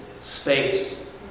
space